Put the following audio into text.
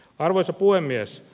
arvoisa puhemies